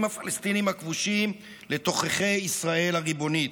הפלסטיניים הכבושים לתוככי ישראל הריבונית.